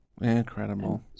Incredible